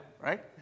right